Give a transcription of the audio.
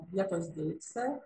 vietos deiksė